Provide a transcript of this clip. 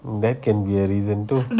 that can be a reason too